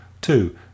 two